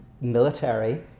military